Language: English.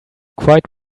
quite